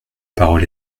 parole